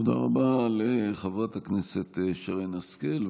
תודה רבה לחברת הכנסת שרן השכל.